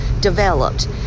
developed